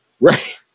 right